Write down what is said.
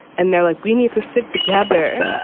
and they're like, we need to stick together.